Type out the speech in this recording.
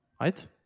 right